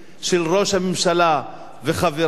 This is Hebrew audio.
של ראש הממשלה וחבריו,